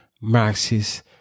Marxist